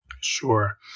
Sure